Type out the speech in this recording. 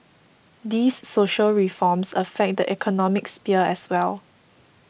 these social reforms affect the economic sphere as well